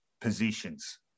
positions